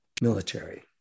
military